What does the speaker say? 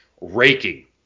raking